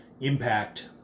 impact